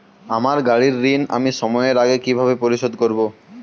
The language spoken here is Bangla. আমার গাড়ির ঋণ আমি সময়ের আগে কিভাবে পরিশোধ করবো?